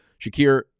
shakir